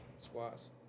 squats